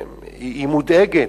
היא מודאגת,